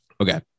Okay